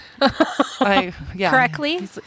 Correctly